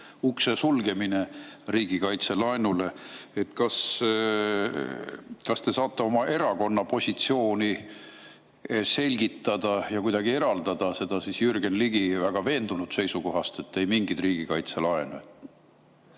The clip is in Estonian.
ukse sulgemine riigikaitselaenule. Kas te saate oma erakonna positsiooni selgitada ja kuidagi eraldada seda Jürgen Ligi väga veendunud seisukohast, et ei mingeid riigikaitselaene?